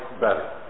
better